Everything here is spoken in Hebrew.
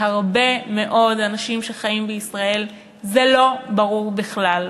להרבה מאוד אנשים שחיים בישראל זה לא ברור בכלל,